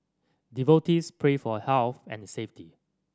devotees pray for health and safety